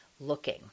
looking